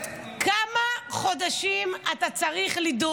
מה זה "לא יודעים"?